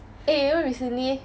eh you know recently